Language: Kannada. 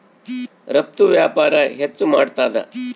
ರಫ್ತು ವ್ಯಾಪಾರ ಹೆಚ್ಚು ಮಾಡ್ತಾದ